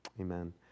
Amen